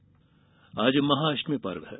महाअष्टमी आज महाअष्टमी पर्व है